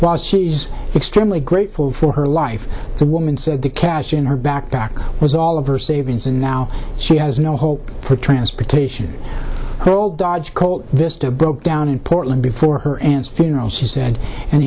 was she's extremely grateful for her life as a woman said to cash in her backpack was all of her savings and now she has no hope for transportation who will dodge colt vista broke down in portland before her aunt's funeral she said and